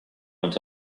into